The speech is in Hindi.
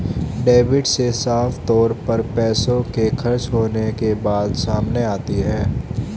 डेबिट से साफ तौर पर पैसों के खर्च होने के बात सामने आती है